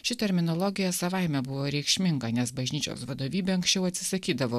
ši terminologija savaime buvo reikšminga nes bažnyčios vadovybė anksčiau atsisakydavo